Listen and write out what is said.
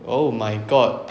oh my god